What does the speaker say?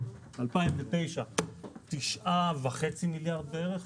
ב-2009 תשעה וחצי מיליארד בערך,